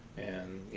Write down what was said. and,